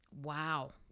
Wow